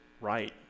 right